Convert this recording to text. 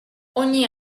ogni